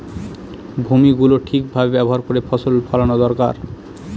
ভূমি গুলো ঠিক ভাবে ব্যবহার করে ফসল ফোলানো দরকার